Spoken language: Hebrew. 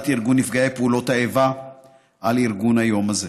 ארגון נפגעי פעולות האיבה על ארגון היום הזה.